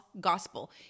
gospel